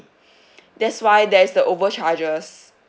that's why there's the overcharges